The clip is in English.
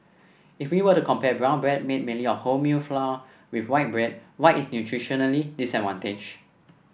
if we were to compare brown bread made mainly of wholemeal flour with white bread white is nutritionally disadvantaged